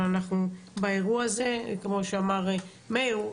אבל אנחנו באירוע הזה כמו שאמר מאיר,